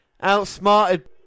Outsmarted